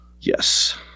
Yes